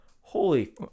Holy